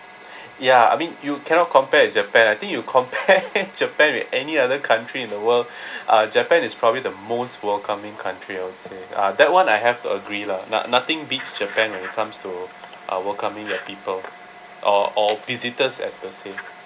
ya I mean you cannot compare to japan I think you compare japan with any other country in the world uh japan is probably the most welcoming country I would say uh that [one] I have to agree lah not~ nothing beats japan when it comes to uh welcoming their people or or visitors as per se